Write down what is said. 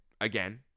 again